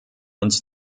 uns